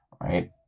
right